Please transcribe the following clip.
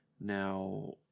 now